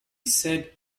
said